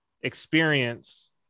experience